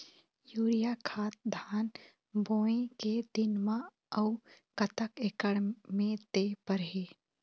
Urea खाद धान बोवे के दिन म अऊ कतक एकड़ मे दे बर हे?